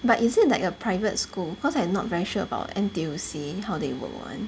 but is it like a private school cause I not very sure about N_T_U_C how they work [one]